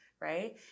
right